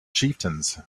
chieftains